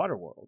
Waterworld